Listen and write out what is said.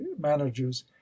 managers